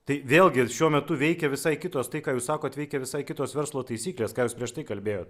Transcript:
tai vėlgi šiuo metu veikia visai kitos tai ką jūs sakot veikia visai kitos verslo taisyklės ką jūs prieš tai kalbėjot